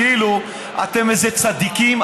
כאילו אתם איזה צדיקים,